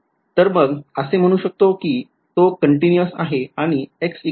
तर मग असे म्हणू शकतो कि तो continuous आहे आणि तो differentiable आहे का